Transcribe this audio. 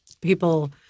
people